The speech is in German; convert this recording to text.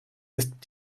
ist